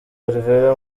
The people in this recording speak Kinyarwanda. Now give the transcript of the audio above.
alvera